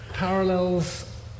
Parallels